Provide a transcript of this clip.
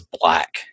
black